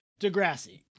Degrassi